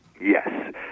Yes